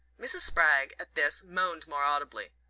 mrs. spragg, at this, moaned more audibly.